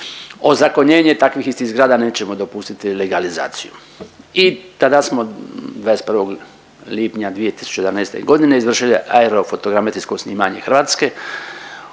ozakonjenje takvih istih zgrada, nećemo dopustiti legalizaciju. I tada smo 21. lipnja 2011. godine izvršili aerofotogrametrijsko snimanje Hrvatske